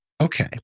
okay